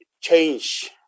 change